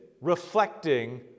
reflecting